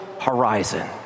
horizon